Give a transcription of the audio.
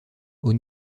aux